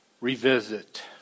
revisit